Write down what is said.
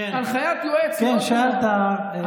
יש הנחיית יועץ, כן, שאלת, חבר הכנסת.